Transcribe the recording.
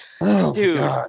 Dude